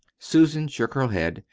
susan shook her head.